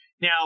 Now